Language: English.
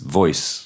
voice